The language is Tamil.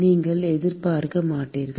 நீங்கள் எதிர்பார்க்க மாட்டீர்கள்